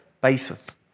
basis